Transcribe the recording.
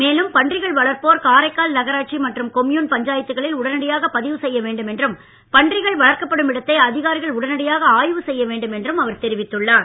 மேலும் பன்றிகள் வளர்ப்போர் காரைக்கால் நகராட்சி மற்றும் கொம்யூன் பஞ்சாயத்துகளை உடனடியாக பதிவு செய்ய வேண்டும் என்றும் பன்றிகள் வளர்க்கப்படும் இடத்தை அதிகாரிகள் உடனடியாக ஆய்வு செய்யவேண்டும் என்றும் அவர் தெரிவித்துள்ளார்